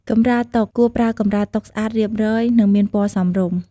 កម្រាលតុ គួរប្រើកម្រាលតុស្អាត រៀបរយ និងមានពណ៌សមរម្យ។